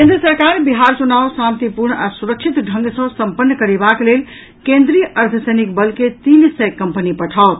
केन्द्र सरकार बिहार चुनाव शांतिपूर्ण आ सुरक्षित ढंग सॅ संपन्न करेबाक लेल केन्द्रीय अर्द्वसैनिक बल के तीन सय कंपनी पठाओत